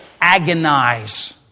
agonize